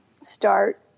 start